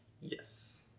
Yes